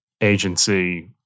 agency